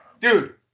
dude